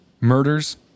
murders